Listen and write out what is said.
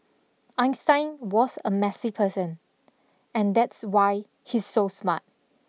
Einstein was a messy person and that's why he's so smart